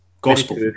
gospel